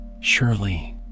Surely